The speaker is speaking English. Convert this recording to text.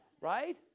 right